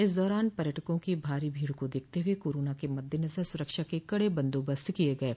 इस दौरान पर्यटकों की भारी भीड़ को देखते हुए कोरोना के मद्देनजर सुरक्षा के कड़े बंदोबस्त किये गये